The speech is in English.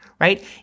right